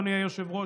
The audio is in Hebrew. אדוני היושב-ראש.